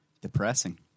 Depressing